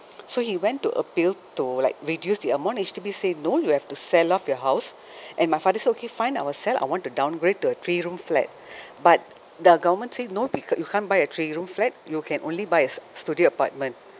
so he went to appeal to like reduce the amount H_D_B say no you have to sell off your house and my father said okay fine I will sell I want to downgrade to a three room flat but the government say no be~ you can't buy a three room flat you can only buy a studio apartment